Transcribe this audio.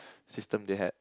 system they had